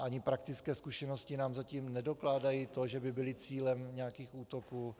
Ani praktické zkušenosti nám zatím nedokládají to, že by byly cílem nějakých útoků atd. atd.